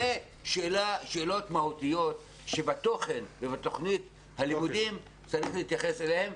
אלו שאלות מהותיות שבתוכן ובתוכנית הלימודים צריך להתייחס אליהן,